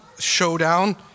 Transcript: showdown